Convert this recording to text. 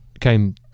came